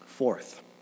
Fourth